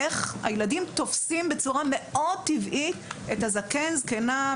איך הילדים תופסים בצורה טבעית את הזקן או הזקנה,